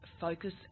focus